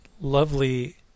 lovely